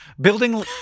building